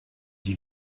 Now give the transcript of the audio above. die